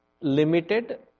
limited